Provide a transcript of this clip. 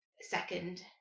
second